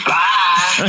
Bye